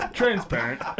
transparent